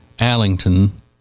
Allington